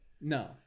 No